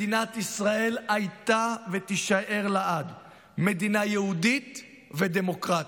מדינת ישראל הייתה ותישאר לעד מדינה יהודית ודמוקרטית,